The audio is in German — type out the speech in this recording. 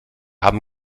haben